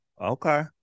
Okay